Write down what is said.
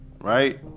right